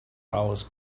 hours